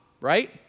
right